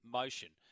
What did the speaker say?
motion